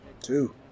Two